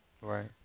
Right